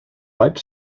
light